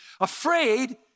afraid